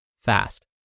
fast